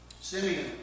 Simeon